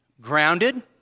grounded